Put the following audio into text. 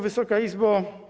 Wysoka Izbo!